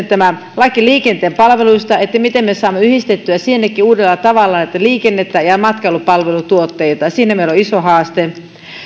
tämä laki liikenteen palveluista ja se miten me saamme yhdistettyä sinnekin uudella tavalla liikennettä ja matkailupalvelutuotteita siinä meillä on iso haaste